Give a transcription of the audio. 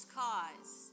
cause